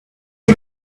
you